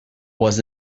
was